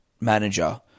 manager